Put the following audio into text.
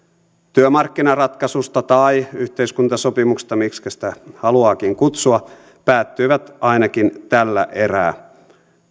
työmarkkinaratkaisusta tai yhteiskuntasopimuksesta miksi sitä haluaakin kutsua päättyivät ainakin tällä erää